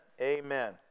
Amen